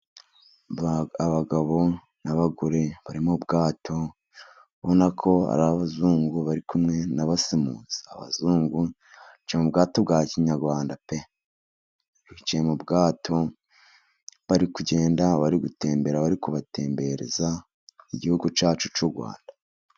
Abagabo n'abagore bari mu bwato, ubona ko ari abazungu bari kumwe n'abasemuzi. Abazungu bicaye mu bwato bwa kinyarwanda pe! Bicaye mu bwato, bari kugenda bari gutembera, bari kubatembereza Igihugu cyacu cy'u Rwanda.